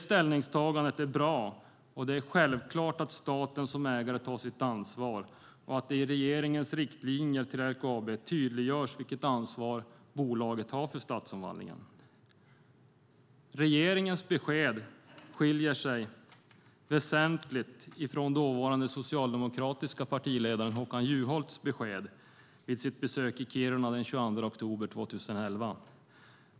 Ställningstagandet är bra, och det är självklart att staten som ägare tar sitt ansvar och att det i regeringens riktlinjer till LKAB tydliggörs vilket ansvar bolaget har för stadsomvandlingen. Regeringens besked skiljer sig därmed rejält från dåvarande socialdemokratiske partiledaren Håkan Juholts besked vid sitt besök i Kiruna den 22 oktober 2011.